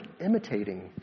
imitating